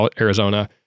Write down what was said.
Arizona